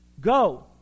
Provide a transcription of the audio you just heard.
Go